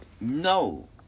No